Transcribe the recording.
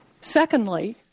Secondly